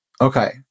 Okay